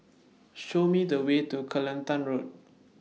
Show Me The Way to Kelantan Road